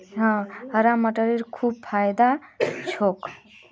हरा मटरेर खूब फायदा छोक